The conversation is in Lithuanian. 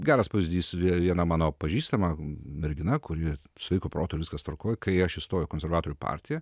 geras pavyzdys viena mano pažįstama mergina kuri sveiku protu viskas tvarkoj kai aš įstojau į konservatorių partiją